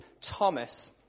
Thomas